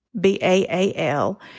B-A-A-L